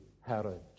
Herod